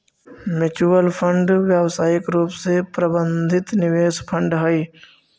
mutual fund व्यावसायिक रूप से प्रबंधित निवेश फंड हई